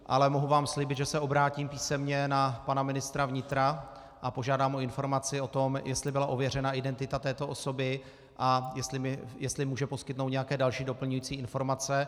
Ale mohu vám slíbit, že se obrátím písemně na pana ministra vnitra a požádám o informaci, jestli byla ověřena identita této osoby a jestli může poskytnout nějaké další doplňující informace.